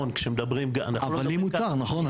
אבל לי מותר נכון?